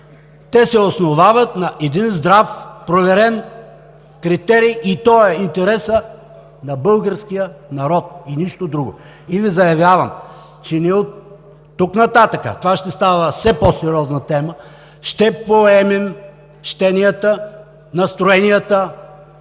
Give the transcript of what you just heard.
Те се основат на здрав, проверен критерий и това е интересът на българския народ. И нищо друго! Заявявам Ви, че оттук нататък това ще става все по-сериозна тема. Ще поемем щенията, настроенията,